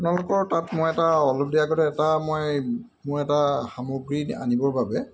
আপোনালোকৰ তাত মই এটা অলপ দেৰি আগতে এটা মই মোৰ এটা সামগ্ৰী আনিবৰ বাবে